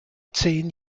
zehn